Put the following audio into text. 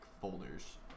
folders